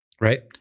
right